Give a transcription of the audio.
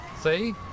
See